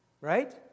right